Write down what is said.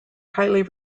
highly